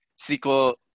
sequel